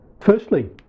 Firstly